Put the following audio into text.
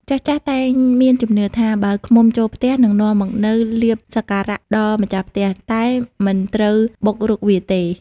ចាស់ៗ តែងមានជំនឿថា បើឃ្មុំចូលផ្ទះ និងនាំមកនូវលាភសក្ការៈដល់ម្ចាស់ផ្ទះ តែមិនត្រូវបុករុកវាទេ។